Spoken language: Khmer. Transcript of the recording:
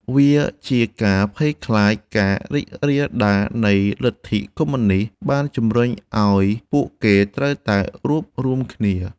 វាជាភ័យខ្លាចការរីករាលដាលនៃលទ្ធិកុម្មុយនីស្តបានជំរុញឱ្យពួកគេត្រូវតែរួបរួមគ្នា ។